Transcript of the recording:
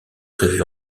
prévu